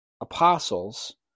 apostles